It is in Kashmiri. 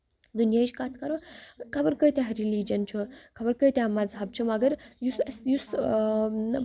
دُنیاہِچ کَتھ کرو خبر کۭتیہہ ریٚلِجن چھِ خبر کۭتیہہ مَزہب چھِ مَگر یُس اَسہِ یُس